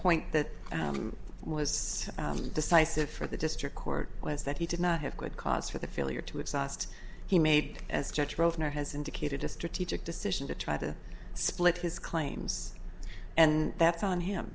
point that was decisive for the district court was that he did not have good cause for the failure to exhaust he made as judge rove now has indicated a strategic decision to try to split his claims and that's on him